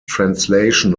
translation